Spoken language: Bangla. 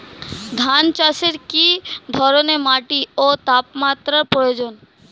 ধান চাষে কী ধরনের মাটি ও তাপমাত্রার প্রয়োজন?